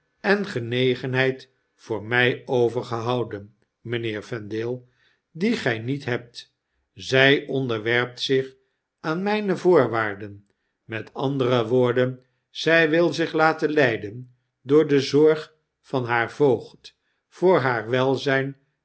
en genegenheid voor my overgehouden mgnheer vendale die gij niet hebt zij onderwerpt zich aan mijne voorwaarden metandere woorden zij wil zich laten leiden door de zorg van haar voogd voor haar welzfln